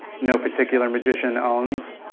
no particular magician owns.